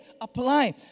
apply